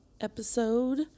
Episode